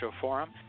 forum